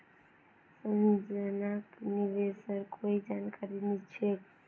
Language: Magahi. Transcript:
संजनाक निवेशेर कोई जानकारी नी छेक